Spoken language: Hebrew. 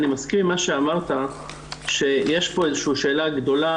אני מסכים עם מה שאמרת שיש פה שאלה גדולה